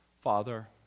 Father